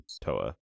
Toa